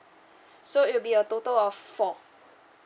so it will be a total of four